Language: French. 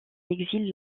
exil